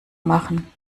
machen